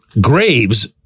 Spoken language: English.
Graves